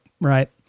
right